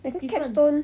那个 capstone